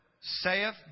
saith